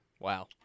Wow